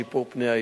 שיפור פני העיר,